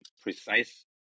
precise